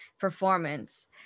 performance